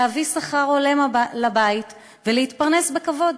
להביא שכר הולם הביתה ולהתפרנס בכבוד.